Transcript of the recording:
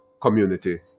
community